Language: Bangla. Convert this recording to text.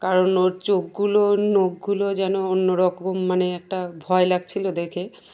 কারণ ওর চোখগুলো নখগুলো যেন অন্য রকম মানে একটা ভয় লাগছিলো দেখে